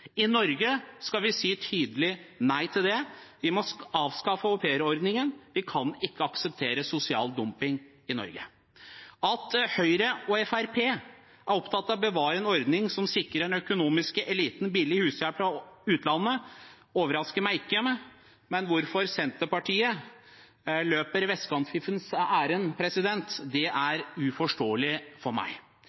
I Norge skal vi si tydelig nei til det. Vi må avskaffe aupairordningen, vi kan ikke akseptere sosial dumping i Norge. At Høyre og Fremskrittspartiet er opptatt av å bevare en ordning som sikrer den økonomiske eliten billig hushjelp fra utlandet, overrasker meg ikke, men hvorfor Senterpartiet løper vestkantfiffens ærend, er uforståelig for meg.